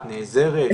את נעזרת?